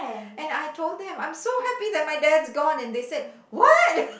and I told them I'm so happy that my dad's gone and they said what